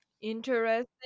Interesting